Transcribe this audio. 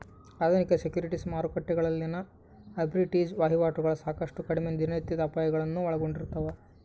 ಆಧುನಿಕ ಸೆಕ್ಯುರಿಟೀಸ್ ಮಾರುಕಟ್ಟೆಗಳಲ್ಲಿನ ಆರ್ಬಿಟ್ರೇಜ್ ವಹಿವಾಟುಗಳು ಸಾಕಷ್ಟು ಕಡಿಮೆ ದಿನನಿತ್ಯದ ಅಪಾಯಗಳನ್ನು ಒಳಗೊಂಡಿರ್ತವ